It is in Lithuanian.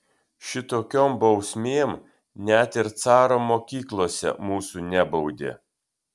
šitokiom bausmėm net ir caro mokyklose mūsų nebaudė